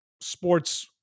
sports